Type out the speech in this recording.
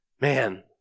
Man